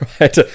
right